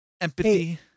Empathy